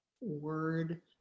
word